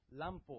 Lampo